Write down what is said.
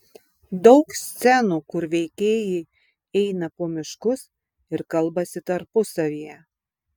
daug scenų kur veikėjai eina po miškus ir kalbasi tarpusavyje